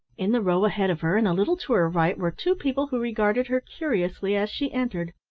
in the row ahead of her, and a little to her right, were two people who regarded her curiously as she entered.